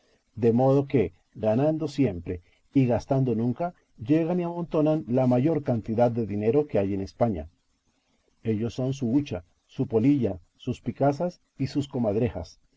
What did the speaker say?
de modo que ganando siempre y gastando nunca llegan y amontonan la mayor cantidad de dinero que hay en españa ellos son su hucha su polilla sus picazas y sus comadrejas